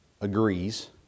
agrees